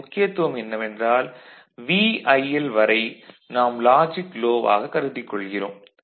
இதன் முக்கியத்துவம் என்னவென்றால் VIL வரை நாம் லாஜிக் லோ வாக கருதிக் கொள்கிறோம்